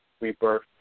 rebirth